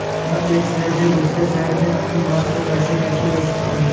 मैं एक शहर से दूसरे शहर में अपनी माँ को पैसे कैसे भेज सकता हूँ?